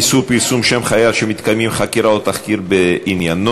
איסור פרסום שם חייל שמתקיימים חקירה או תחקיר בעניינו),